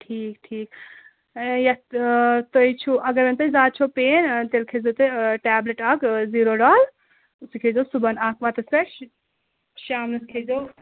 ٹھیٖک ٹھیٖک یَتھ تُہۍ چھُو اگر وۅنۍ تۄہہِ زیادٕ چھو پین تیٚلہِ کھیٚےزیٚو تُہۍ ٹیبلِٹ اَکھ زیٖرو ڈال سُہ کھیٚےزیو صُبَحن اَکھ بَتَس پیٚٹھ شا شامنَس کھیٚےزیٚو